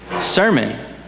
sermon